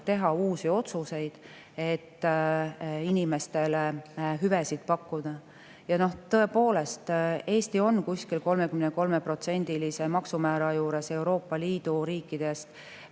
teha uusi otsuseid, et inimestele hüvesid pakkuda. Ja tõepoolest, Eesti on kuskil 33%‑lise maksumäära juures Euroopa Liidu riikidest